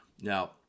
Now